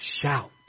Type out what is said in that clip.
Shout